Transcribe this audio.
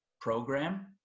program